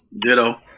Ditto